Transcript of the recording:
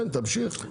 כן, תמשיך.